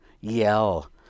yell